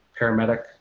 paramedic